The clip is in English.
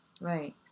right